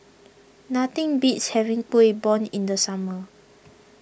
nothing beats having Kuih Bom in the summer